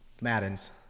Madden's